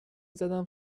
زدم